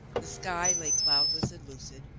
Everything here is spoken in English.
the sky lay cloudless and lucid,